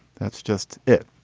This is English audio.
that's just it.